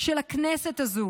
של הכנסת הזו